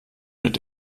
mit